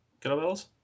kettlebells